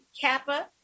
Kappa